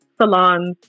salons